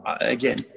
Again